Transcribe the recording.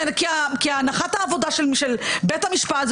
כי הנחת העבודה של בית המשפט,